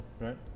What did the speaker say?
Right